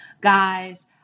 Guys